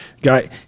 Guy